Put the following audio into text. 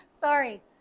sorry